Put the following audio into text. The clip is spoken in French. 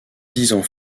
disant